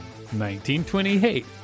1928